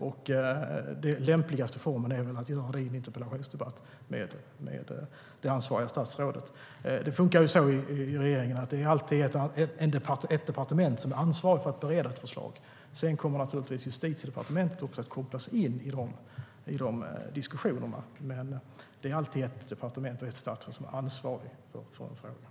Den lämpligaste formen är att göra det i en interpellationsdebatt med det ansvariga statsrådet. Det fungerar så i regeringen att det alltid är ett departement som är ansvarigt för att bereda ett förslag. Sedan kommer också Justitiedepartementet att kopplas in i de diskussionerna. Men det är alltid ett departement och ett statsråd som är ansvarig för frågan.